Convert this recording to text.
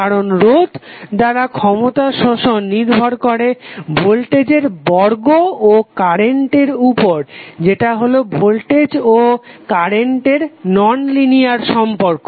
কারণ রোধ দ্বারা ক্ষমতা শোষণ নির্ভর করে ভোল্টেজের বর্গ ও কারেন্টের উপর যেটা হলো ভোল্টেজ ও কারেন্টের ননলিনিয়ার সম্পর্ক